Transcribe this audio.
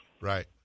Right